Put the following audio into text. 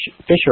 fisher